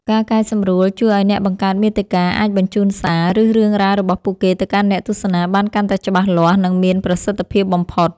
ការកែសម្រួលជួយឱ្យអ្នកបង្កើតមាតិកាអាចបញ្ជូនសារ ឬរឿងរ៉ាវរបស់ពួកគេទៅកាន់អ្នកទស្សនាបានកាន់តែច្បាស់លាស់ និងមានប្រសិទ្ធភាពបំផុត។